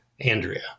Andrea